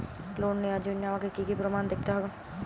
Loan নেওয়ার জন্য আমাকে কী কী প্রমাণ দেখতে হবে?